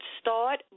start